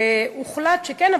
והוחלט שכן.